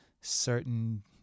certain